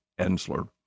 Ensler